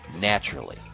naturally